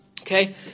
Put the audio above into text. Okay